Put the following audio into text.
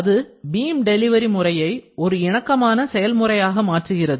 அது beam delivery முறையை ஒரு இணக்கமான செயல்முறையாக மாற்றுகிறது